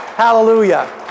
hallelujah